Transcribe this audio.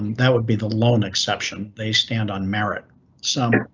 um that would be the lone exception. they stand on merit some,